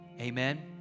Amen